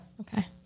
Okay